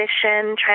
transition